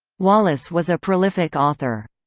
wallace was a prolific author.